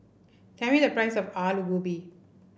tell me the price of Alu Gobi